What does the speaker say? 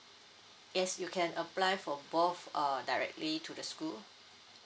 yes you can apply for both uh directly to the school